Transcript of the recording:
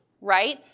right